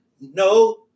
no